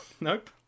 nope